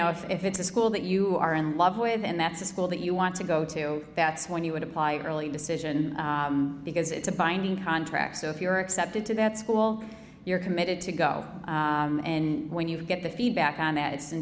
know if it's a school that you are in love with and that's a school that you want to go to that's when you apply early decision because it's a binding contract so if you're accepted to that school you're committed to go and when you get the feedback on that it's in